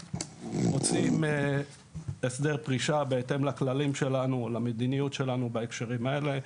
מוצאים הסדר פרישה בהתאם לכללים שלנו או למדיניות שלנו בהקשרים האלה,